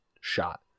shot